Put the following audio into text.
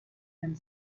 and